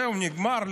זהו, נגמר.